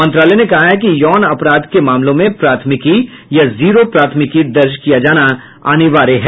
मंत्रालय ने कहा है कि यौन अपराध के मामलों में प्राथमिकी या जीरो प्राथमिकी दर्ज किया जाना अनिवार्य है